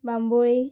Bambolim